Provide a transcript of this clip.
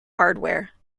hardware